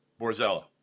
Borzella